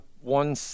one